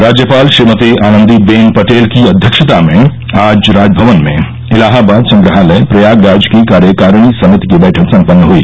राज्यपाल श्रीमती आनंदीबेन पटेल की अध्यक्षता में आज राजभवन में इलाहाबाद संग्रहालय प्रयागराज की कार्यकारिणी समिति की बैठक सम्पन्न हई